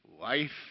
life